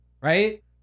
right